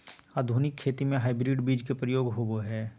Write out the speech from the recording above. आधुनिक खेती में हाइब्रिड बीज के प्रयोग होबो हइ